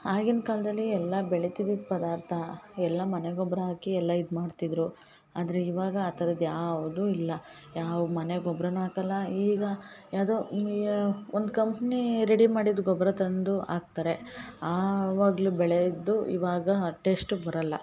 ಆಗಿನ ಕಾಲದಲ್ಲಿ ಎಲ್ಲ ಬೆಳಿತಿದ್ದಿದ್ದು ಪದಾರ್ಥ ಎಲ್ಲ ಮನೆ ಗೊಬ್ಬರ ಹಾಕಿ ಎಲ್ಲ ಇದು ಮಾಡ್ತಿದ್ದರು ಆದರೆ ಇವಾಗ ಆ ಥರದ್ದು ಯಾವುದೂ ಇಲ್ಲ ಯಾವ ಮನೆ ಗೊಬ್ಬರನೂ ಹಾಕಲ್ಲ ಈಗ ಯಾವುದೋ ಒಂದು ಕಂಪ್ನಿ ರೆಡಿ ಮಾಡಿದ ಗೊಬ್ಬರ ತಂದು ಹಾಕ್ತರೆ ಆವಾಗಲೂ ಬೆಳೆದು ಇವಾಗ ಆ ಟೇಶ್ಟು ಬರಲ್ಲ